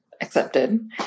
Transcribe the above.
accepted